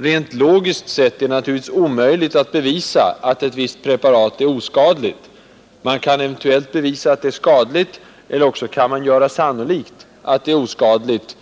Rent logiskt är det omöjligt att bevisa att ett visst preparat är oskadligt. Man kan eventuellt bevisa att det är skadligt, eller också kan man göra sannolikt att det är oskadligt